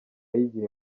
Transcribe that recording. y’igihe